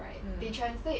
mm